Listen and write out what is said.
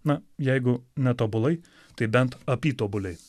na jeigu ne tobulai tai bent apytobuliai